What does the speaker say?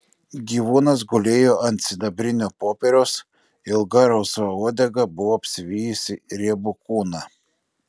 gyvūnas gulėjo ant sidabrinio popieriaus ilga rausva uodega buvo apsivijusi riebų kūną